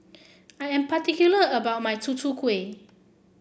I am particular about my Tutu Kueh